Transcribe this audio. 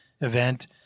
event